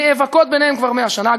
נאבקות ביניהן כבר 100 שנה.